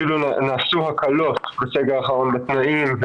אפילו נעשו הקלות בסגר האחרון בתנאים,